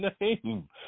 name